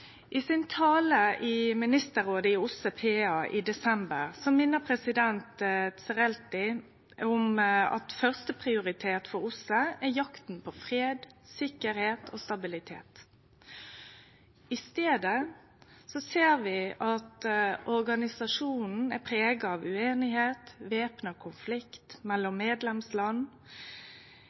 om at førsteprioritet for OSSE er jakta på fred, sikkerheit og stabilitet. I staden ser vi at organisasjonen er prega av ueinigheit og væpna konflikt mellom medlemsland.